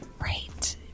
Right